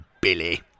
Billy